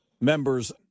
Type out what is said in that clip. members